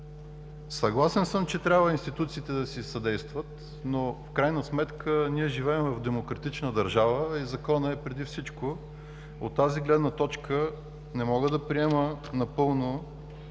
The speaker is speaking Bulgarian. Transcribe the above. Съгласен съм, че трябва институциите да си съдействат, но в крайна сметка ние живеем в демократична държава и Законът е преди всичко. От тази гледна точка не мога да приема напълно